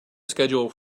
schedule